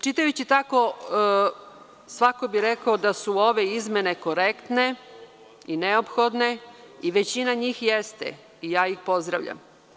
Čitajući tako, svako bi rekao da su ove izmene korektne i neophodne i većina njih jeste i ja ih pozdravljam.